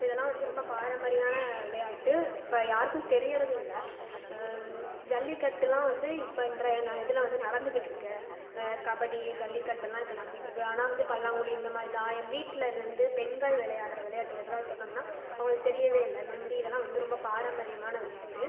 இதெல்லாம் வந்து ரொம்ப பாரம்பரியான விளையாட்டு இப்போ யாருக்கும் தெரியறதும் இல்லை ஜல்லிக்கட்டெலாம் வந்து இப்போன்ற இதில் வந்து நடந்துகிட்டிருக்கு கபடி ஜல்லிக்கட்டெல்லா இப்போ நடந்துகிட்டிருக்கு ஆனால் வந்து பல்லாங்குழி இந்த மாதிரி தாயம் வீட்லிருந்து பெண்கள் விளையாட்ற விளையாட்டு இதெல்லாம் சொன்னோம்னால் அவர்களுக்கு தெரியவே இல்லை நொண்டி இதெல்லாம் வந்து பாரம்பரியமான விளையாட்டு